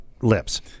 lips